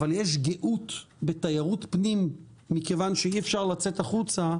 אבל יש גאות בתיירות פנים מכיוון שאי אפשר לצאת החוצה,